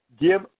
Give